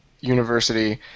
university